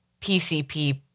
PCP